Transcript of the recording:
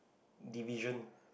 division